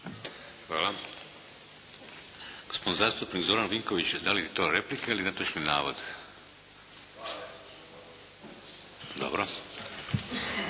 Hvala. Gospodin zastupnik Zoran Vinković, da li je to replika ili netočni navod. **Vinković,